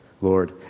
Lord